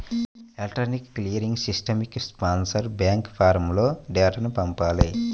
electronic clearing సిస్టమ్కి sponsor bank ఫారమ్లో డేటాను పంపాలి